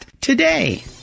today